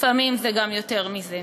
לפעמים זה גם יותר מזה.